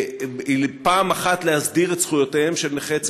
את זכויותיהם של נכי צה"ל,